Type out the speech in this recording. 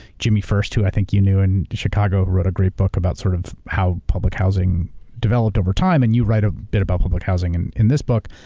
jimmy first, who i think you knew in chicago who wrote a great book about sort of how public housing developed over time, and you write a bit about public housing and in this book,